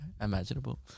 imaginable